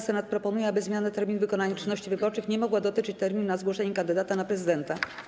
Senat proponuje, aby zmiana terminu wykonania czynności wyborczych nie mogła dotyczyć terminu na zgłoszenie kandydata na prezydenta.